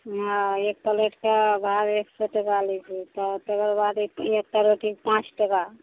हँ एक प्लेटके भात एक सओ टाका लै छियै तकर बाद एकटा रोटीके पाँच टाका